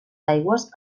aigües